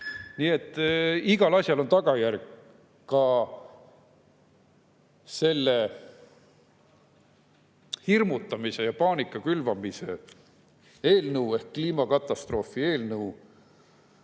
Nii et igal asjal on tagajärg. Ka selle hirmutamise ja paanika külvamise eelnõul ehk kliimakatastroofi eelnõul